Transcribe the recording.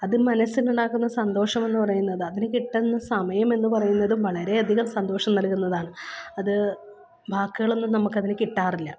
അത് മനസ്സിനുണ്ടാക്കുന്ന സന്തോഷമെന്ന് പറയുന്നത് അതിന് കിട്ടുന്ന സമയമെന്ന് പറയുന്നതും വളരെയധികം സന്തോഷം നൽകുന്നതാണ് അത് വാക്കുകളൊന്നും നമ്മള്ക്കതിന് കിട്ടാറില്ല